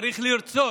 צריך לרצות,